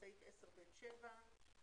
סעיף 10(ב)(7),